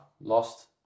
Lost